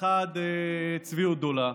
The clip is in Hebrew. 1. צביעות גדולה,